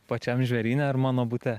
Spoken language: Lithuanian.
pačiam žvėryne ar mano bute